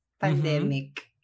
pandemic